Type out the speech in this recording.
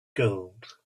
gold